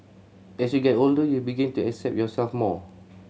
as you get older you begin to accept yourself more